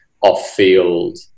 off-field